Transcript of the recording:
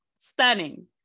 Stunning